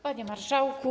Panie Marszałku!